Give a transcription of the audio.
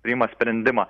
priima sprendimą